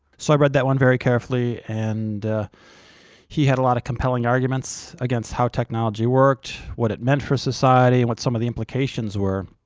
so i read that one very carefully, and he had a lot of compelling arguments against how technology worked, what it meant for society, and what some of the implications were.